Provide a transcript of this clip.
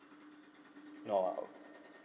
no ah